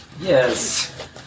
Yes